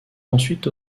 ensuite